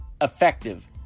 effective